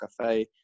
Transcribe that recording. Cafe